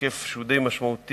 בהיקף שהוא די משמעותי.